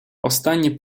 останній